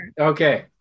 Okay